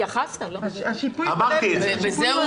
השיפוי של